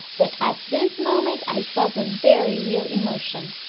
that at this moment i felt a very real emotion.